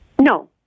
No